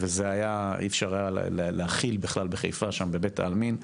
ואי-אפשר היה בכלל להכיל בבית העלמין בחיפה.